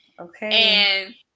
Okay